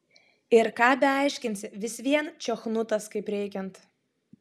ir ką beaiškinsi vis vien čiochnutas kaip reikiant